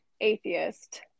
atheist